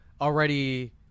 already